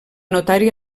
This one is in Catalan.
notari